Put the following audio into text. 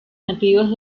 nativos